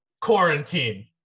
Quarantine